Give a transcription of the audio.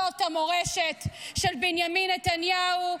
זאת המורשת של בנימין נתניהו,